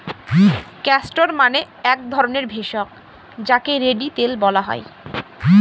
castor মানে এক ধরণের ভেষজ যাকে রেড়ি তেল বলা হয়